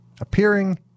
appearing